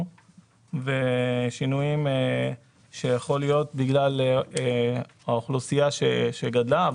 ושינויים שיכול להיות בגלל האוכלוסייה שגדלה.